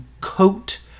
coat